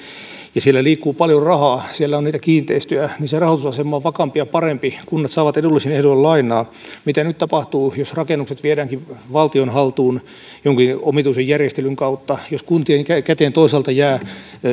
ja siellä liikkuu paljon rahaa siellä on niitä kiinteistöjä niin se rahoitusasema on vakaampi ja parempi kunnat saavat edullisin ehdoin lainaa mitä nyt tapahtuu jos rakennukset viedäänkin valtion haltuun jonkin omituisen järjestelyn kautta jos kuntien käteen toisaalta jää